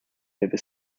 over